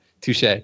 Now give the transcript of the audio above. Touche